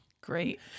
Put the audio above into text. Great